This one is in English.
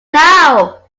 now